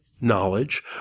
knowledge